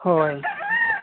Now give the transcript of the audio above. ᱦᱳᱭ